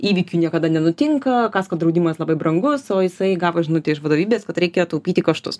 įvykių niekada nenutinka kasko draudimas labai brangus o jisai gavo žinutę iš vadovybės kad reikia taupyti kaštus